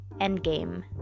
Endgame